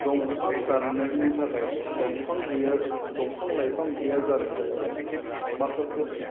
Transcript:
दंफां दाननायनि थाखायनो दंफां गैया दंफां लाइफां गैया जानायनि थाखायनो माखासे